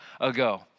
ago